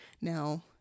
now